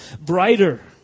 brighter